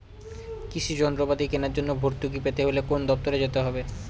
কৃষি যন্ত্রপাতি কেনার জন্য ভর্তুকি পেতে হলে কোন দপ্তরে যেতে হবে?